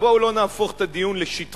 בואו לא נהפוך את הדיון לשטחי,